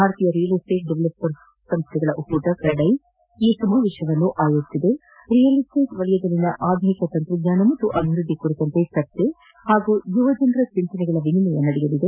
ಭಾರತೀಯ real estate developers ಸಂಸ್ಡೆಗಳ ಒಕ್ಕೂಟ ಕ್ರೆದೈ ಈ ಸಮಾವೇಶ ಆಯೋಜಿಸಿದ್ದು ರಿಯಲ್ ಎಸ್ಸೇಟ್ ವಲಯದಲ್ಲಿನ ಆಧುನಿಕ ತಂತ್ರಜ್ಞಾನ ಮತ್ತು ಅಭಿವೃದ್ದಿ ಬಗೆಗಿನ ಚರ್ಚೆ ಹಾಗೂ ಯುವಜನರ ಚಿಂತನೆಗಳ ವಿನಿಮಯ ನಡೆಯಲಿದೆ